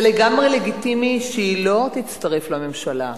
זה לגמרי לגיטימי שהיא לא תצטרף לממשלה.